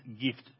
gift